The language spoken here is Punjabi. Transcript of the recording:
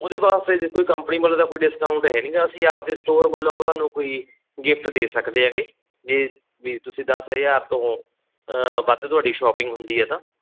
ਉਹਦੇ ਵਾਸਤੇ ਦੇਖੋ ਜੀ ਕੰਪਨੀ ਵੱਲੋਂ ਤਾਂ ਕੋਈ ਡਿਸਕਾਊਂਟ ਹੈ ਨਹੀਂ ਗਾ ਅਸੀਂ ਆਪਣੇ ਸਟੋਰ ਵੱਲੋਂ ਤੁਹਾਨੂੰ ਕੋਈ ਗਿਫਟ ਦੇ ਸਕਦੇ ਹੈਗੇ ਜੇ ਵੀ ਤੁਸੀਂ ਦਸ ਹਜ਼ਾਰ ਤੋਂ ਵੱਧ ਤੁਹਾਡੀ ਸ਼ੋਪਿੰਗ ਹੁੰਦੀ ਹੈ ਤਾਂ